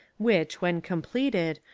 which, when com pleted,